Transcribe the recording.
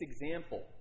example